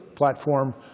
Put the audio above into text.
platform